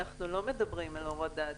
אנחנו לא מדברים על הורדה,